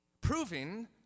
proving